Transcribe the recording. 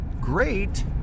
great